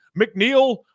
McNeil